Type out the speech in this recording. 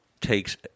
takes